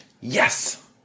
Yes